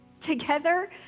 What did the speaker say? Together